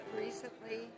recently